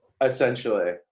essentially